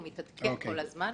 הוא מתעדכן כל הזמן.